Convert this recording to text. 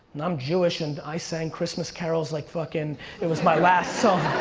i'm jewish and i sang christmas carols like fucking it was my last song.